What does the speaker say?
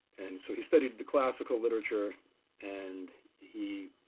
and so he studied the classical literature and he,